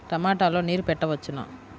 టమాట లో నీరు పెట్టవచ్చునా?